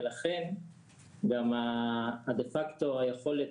ולכן גם הדה פקטו היכולת,